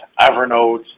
Evernote